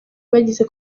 bagize